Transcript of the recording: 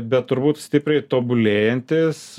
bet turbūt stipriai tobulėjantis